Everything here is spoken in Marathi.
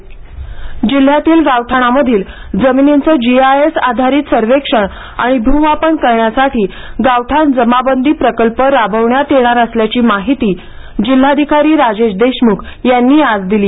गावठाण जमाबंदी जिल्ह्यातील गावठाणामधील जमिनींचे जीआयएस आधारित सर्वेक्षण आणि भूमापन करण्यासाठी गावठाण जमाबंदी प्रकल्प राबवण्यात येणार असल्याची माहिती जिल्हाधिकारी राजेश देशमुख यांनी आज दिली